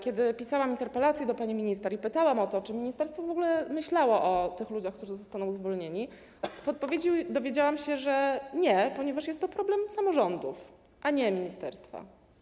Kiedy pisałam interpelację do pani minister i pytałam o to, czy ministerstwo w ogóle myślało o tych ludziach, którzy zostaną zwolnieni, w odpowiedzi dowiedziałam się, że nie, ponieważ jest to problem samorządów, a nie ministerstwa.